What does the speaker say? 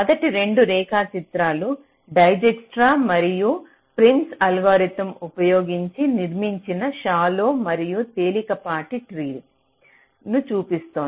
మొదటి 2 రేఖాచిత్రాలు Dijkstra dijkstra's మరియు ప్రిమ్స్ అల్గోరిథం ఉపయోగించి నిర్మించిన షాలో మరియు తేలికపాటి ట్రీ ను చూపిస్తున్నాం